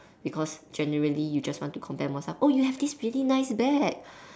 because generally you just want to compare yourself oh you have this really nice bag